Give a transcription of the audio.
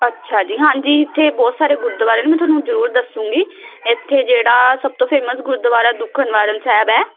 ਅੱਛਾ ਜੀ ਹਾਂਜੀ ਇੱਥੇ ਬਹੁਤ ਸਾਰੇ ਗੁਰਦੁਆਰੇ ਨੇ ਮੈਂ ਤੁਹਾਨੂੰ ਜ਼ਰੂਰ ਦੱਸੂੰਗੀ ਇੱਥੇ ਜਿਹੜਾ ਸਭ ਤੋਂ ਫੇਮਸ ਗੁਰਦੁਆਰਾ ਦੂਖਨਿਵਾਰਨ ਸਾਹਿਬ ਹੈ